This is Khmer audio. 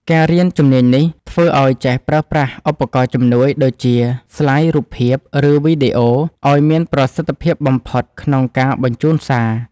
ការរៀនជំនាញនេះ ធ្វើឲ្យចេះប្រើប្រាស់ឧបករណ៍ជំនួយ ដូចជាស្លាយរូបភាព ឬវីដេអូ ឱ្យមានប្រសិទ្ធភាពបំផុតក្នុងការបញ្ជូនសារ។